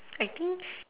I think